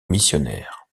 missionnaires